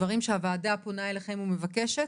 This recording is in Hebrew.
מהדברים שהוועדה פונה אליכם ומבקשת,